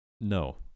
No